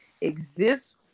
exists